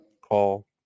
call